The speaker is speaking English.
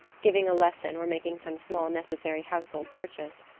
giving a lesson or making some small necessary household purchase.